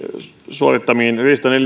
suorittamiin